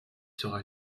sera